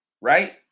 right